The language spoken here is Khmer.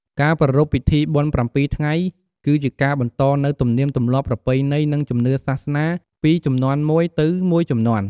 ការប្រារព្ធពិធីបុណ្យប្រាំពីរថ្ងៃ គឺជាការបន្តនូវ ទំនៀមទម្លាប់ ប្រពៃណី និងជំនឿសាសនា ពីជំនាន់មួយទៅមួយជំនាន់។